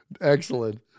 Excellent